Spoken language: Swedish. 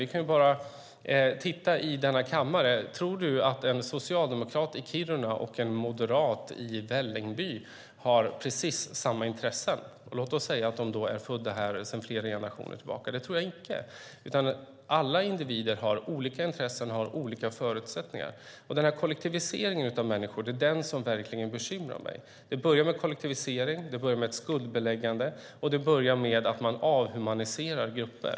Vi kan titta i denna kammare. Tror du att en socialdemokrat från Kiruna och en moderat från Vällingby har precis samma intressen? Låt oss säga att de är födda här sedan flera generationer tillbaka. Jag tror inte det. Alla individer har olika intressen och olika förutsättningar. Den här kollektiviseringen av människor bekymrar mig verkligen. Det börjar med kollektivisering, det börjar med ett skuldbeläggande och det börjar med att man avhumaniserar grupper.